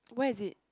where is it